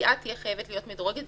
היציאה תהיה חייבת להיות מדורגת,